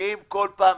שמביאים כל פעם,